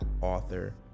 author